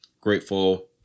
grateful